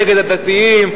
נגד הדתיים,